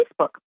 Facebook